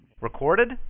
Recorded